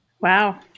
Wow